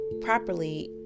properly